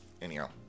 Anyhow